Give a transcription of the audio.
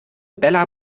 bella